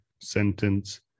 sentence